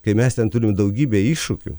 kai mes ten turime daugybę iššūkių